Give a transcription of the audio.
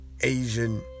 Asian